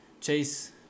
Chase